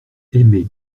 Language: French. aimez